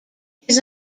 his